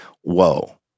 whoa